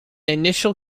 initial